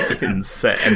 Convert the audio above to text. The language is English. Insane